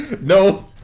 no